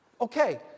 Okay